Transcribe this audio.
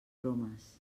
bromes